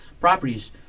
properties